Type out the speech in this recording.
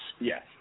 Yes